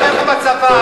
קפה שחור במנת לילה,